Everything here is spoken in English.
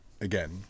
again